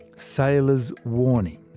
sailors' warning.